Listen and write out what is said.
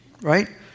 right